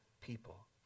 people